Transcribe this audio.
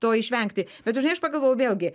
to išvengti bet tu žinai aš pagalvojau vėlgi